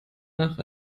nach